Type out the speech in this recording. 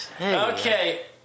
okay